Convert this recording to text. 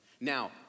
Now